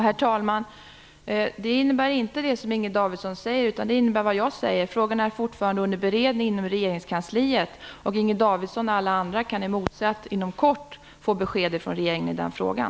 Herr talman! Det innebär inte det som Ingrid Davidson säger, utan det innebär det som jag säger. Frågan är fortfarande under beredning inom regeringskansliet. Inger Davidson och alla andra kan emotse att inom kort få besked ifrån regeringen i den frågan.